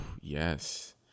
yes